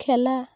খেলা